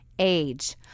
age